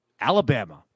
Alabama